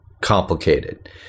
complicated